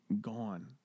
gone